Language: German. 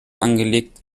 angelegt